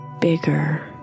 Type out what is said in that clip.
bigger